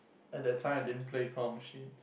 at that time I didn't play claw machine